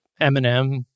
Eminem